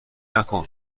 نکن